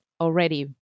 already